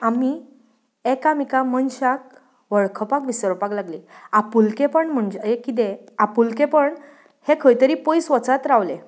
आमी एकामेका मनशाक वळखपाक विसरपाक लागलीं आपुलकेपण म्हणजे ए कितें आपुलकेपण हें खंय तरी पयस वचात रावलें